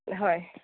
হয়